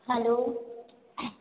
hello